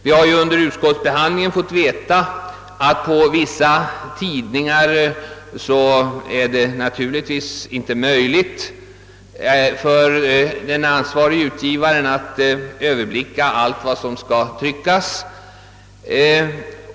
— Vi har under utskottsbehandlingen av frågan fått påpekat för oss, att det på vissa tidningar inte är möjligt för den ansvarige utgivaren att överblicka allt vad som skall tryckas.